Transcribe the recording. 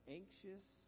anxious